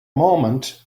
moment